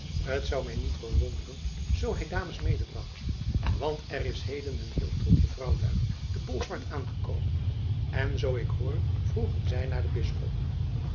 t zou mij niet verwonderen zoo hij dames medebracht want er is heden een heel troepje vrouwlui te bolsward aangekomen en zoo ik hoor vroegen zij naar den bisschop